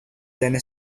then